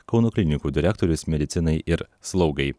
kauno klinikų direktorius medicinai ir slaugai